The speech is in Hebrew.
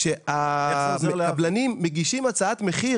כאשר הקבלנים מגישים הצעת מחיר,